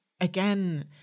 again